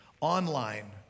online